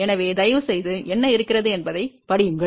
எனவே தயவுசெய்து என்ன இருக்கிறது என்பதைப் படியுங்கள்